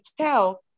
tell